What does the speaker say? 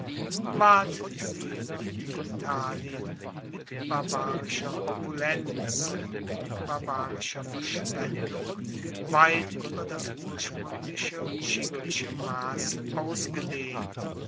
ward sie in italien mit barbarischer opulenz und barbarischer verschwendung weit ueber das urspruengliche und schickliche mass ausgedehnt